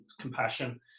compassion